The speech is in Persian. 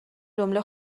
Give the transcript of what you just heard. جمله